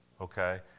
Okay